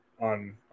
on